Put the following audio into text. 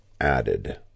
added